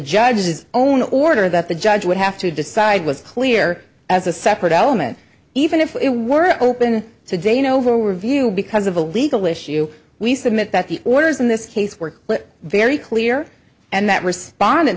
judge's own order that the judge would have to decide was clear as a separate element even if it were open to de novo review because of a legal issue we submit that the orders in this case were very clear and that respond